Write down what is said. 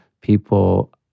people